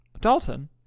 Dalton